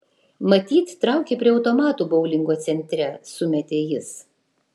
matyt traukia prie automatų boulingo centre sumetė jis